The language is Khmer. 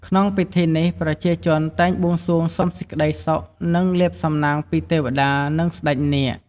ក្នុងពិធីនេះ ប្រជាជនតែងបួងសួងសុំសេចក្តីសុខ និងលាភសំណាងពីទេវតា និង ស្តេចនាគ។